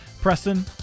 Preston